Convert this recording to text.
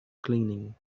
cleaning